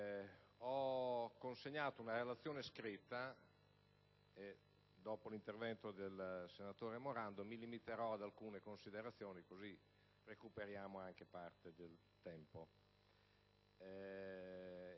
già consegnato una relazione scritta e dopo l'intervento del senatore Morando, mi limiterò solo ad alcune considerazioni, in modo da recuperare anche parte del tempo.